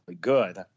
good